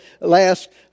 last